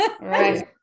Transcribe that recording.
Right